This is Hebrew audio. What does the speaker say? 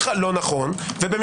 לא נכון.